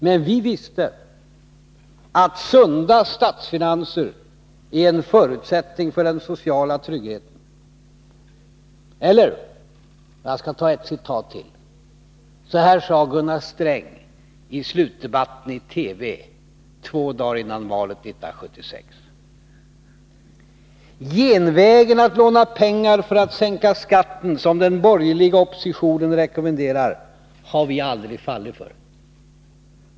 Men vi visste att sunda statsfinanser är en förutsättning för den sociala tryggheten, eller, som Gunnar Sträng sade i slutdebatten i TV två dagar före valet 1976: ”Genvägen att låna pengar för att sänka skatten som den borgerliga oppositionen rekommenderar, har vi aldrig fallit för.